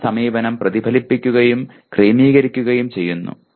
സ്വന്തം സമീപനം പ്രതിഫലിപ്പിക്കുകയും ക്രമീകരിക്കുകയും ചെയ്യുന്നു